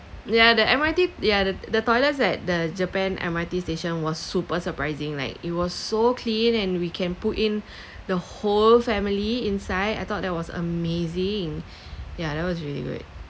ya the M_R_T ya the the toilets at the japan M_R_T station was super surprising like it was so clean and we can put in the whole family inside I thought that was amazing ya that was really good